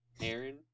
Aaron